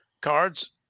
cards